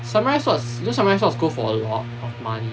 samurai swords those samurai swords go for a lot of money